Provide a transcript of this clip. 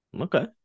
Okay